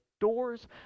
doors